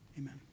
Amen